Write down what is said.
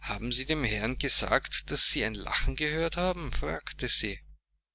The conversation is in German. haben sie dem herrn gesagt daß sie ein lachen gehört haben fragte sie